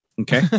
Okay